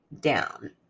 down